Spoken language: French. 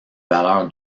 valeur